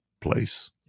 place